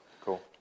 Cool